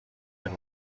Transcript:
than